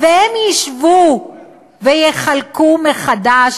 והם ישבו ויחלקו מחדש,